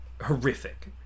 horrific